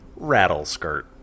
Rattleskirt